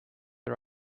are